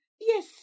yes